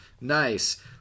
Nice